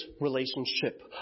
relationship